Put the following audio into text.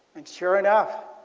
and sure enough